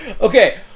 okay